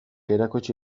erakutsi